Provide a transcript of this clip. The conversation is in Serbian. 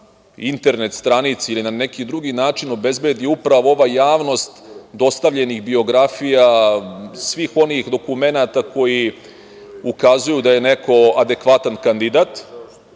internet stranici ili na neki drugi način obezbedi upravo ova javnost dostavljenih biografija, svih onih dokumenata koji ukazuju da je neko adekvatan kandidat